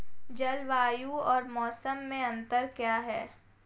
जलवायु और मौसम में अंतर क्या है?